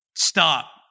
Stop